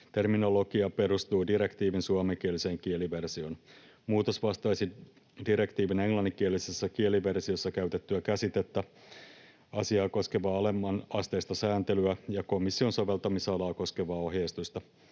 Terminologia perustuu direktiivin suomenkieliseen kieliversioon. Muutos vastaisi direktiivin englanninkielisessä kieliversiossa käytettyä käsitettä, asiaa koskevaa alemmanasteista sääntelyä ja komission soveltamisalaa koskevaa ohjeistusta.